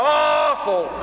awful